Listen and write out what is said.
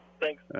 Thanks